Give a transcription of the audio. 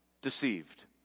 Deceived